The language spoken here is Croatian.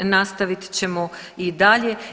Nastavit ćemo i dalje.